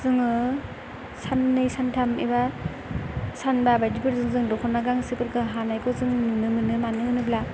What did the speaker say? जोङो साननै सानथाम एबा सानबा बायदिफोरजों जों दखना गांसेफोरखौ हानायखौ जों नुनो मोनो मानो होनोब्ला